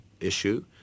issue